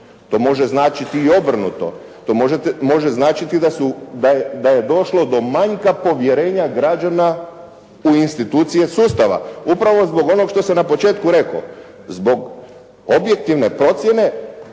To može značiti i obrnuto. To može značiti da je došlo do manjka povjerenja građana u institucije sustava upravo zbog onog što sam na početku rekao. Zbog objektivne procjene